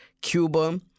Cuba